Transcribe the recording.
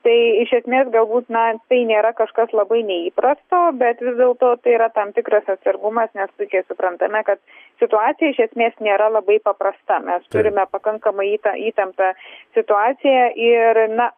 tai iš esmės galbūt na tai nėra kažkas labai neįprasto bet vis dėlto tai yra tam tikras atsargumas nes suprantame kad situacija iš esmės nėra labai paprasta mes turime pakankamai įtem įtemptą situaciją ir na